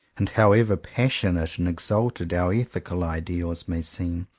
and however passionate and exalted our ethical ideals may seem,